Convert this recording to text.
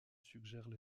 suggèrent